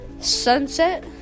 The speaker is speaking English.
sunset